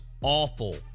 awful